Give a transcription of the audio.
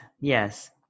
yes